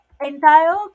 entire